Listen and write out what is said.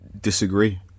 Disagree